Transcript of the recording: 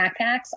backpacks